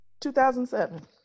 2007